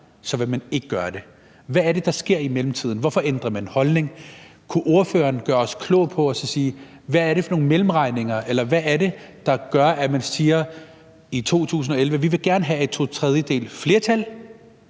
så ikke vil gøre det? Hvad er det, der er sket i mellemtiden? Hvorfor ændrer man holdning? Kunne ordføreren gøre os klog på, hvad det er for nogle mellemregninger, eller hvad det er, der gør, at man i 2011 siger, at man gerne vil have to tredjedeles flertal,